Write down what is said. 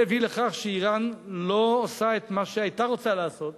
זה הביא לכך שאירן לא עושה את מה שהיתה רוצה לעשות,